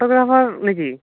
photographer নেকি